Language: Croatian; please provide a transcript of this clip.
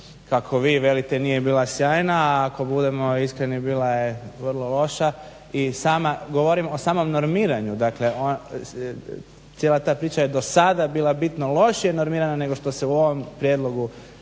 kako vi velite nije bila sjajna, a ako budemo iskreni bila je vrlo loša. Govorim o samom normiranju dakle cijela ta priča je do sada bila bitno lošije normirana nego što se u ovom prijedlogu